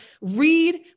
read